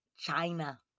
china